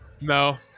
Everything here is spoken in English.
No